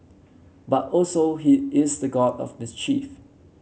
but also he is the god of mischief